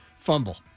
fumble